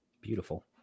Beautiful